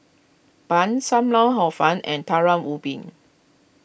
Bun Sam Lau Hor Fun and Talam Ubi